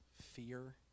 fear